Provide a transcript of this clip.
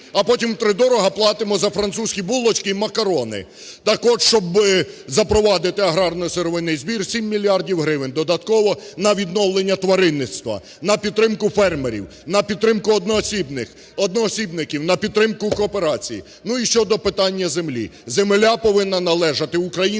а потім в три дорога платимо за французькі булочки і макарони. Так от, щоби запровадити аграрно-сировинний збір, 7 мільярдів гривень додатково на відновлення тваринництва, на підтримку фермерів, на підтримку одноосібних… одноосібників, на підтримку кооперації. І щодо питання землі. Земля повинна належати українським